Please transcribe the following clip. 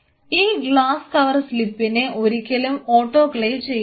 ഈ glass cover സ്ലിപ്പിനെ ഒരിക്കലും ഓട്ടോക്ലേവ് ചെയ്യരുത്